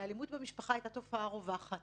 אלימות במשפחה היתה תופעה רווחת